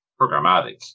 programmatic